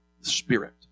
Spirit